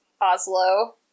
Oslo